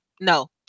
No